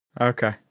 Okay